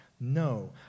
No